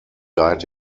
died